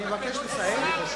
אדוני,